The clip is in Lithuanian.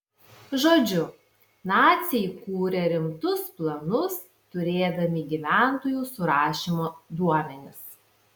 žodžiu naciai kūrė rimtus planus turėdami gyventojų surašymo duomenis